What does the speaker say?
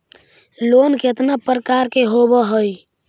Loan केतना प्रकार के होव हइ?